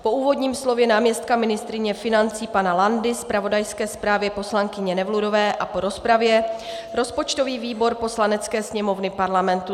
Po úvodním slově náměstka ministryně financí pana Landy, zpravodajské zprávě poslankyně Nevludové a po rozpravě rozpočtový výbor Poslanecké sněmovny Parlamentu